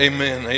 Amen